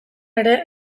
ere